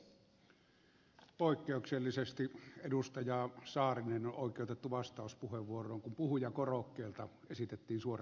poikkeuksellisesti edustaja saarinen on oikeutettu vastauspuheenvuoroon kun puhujakorokkeelta esitettiin suora kysymys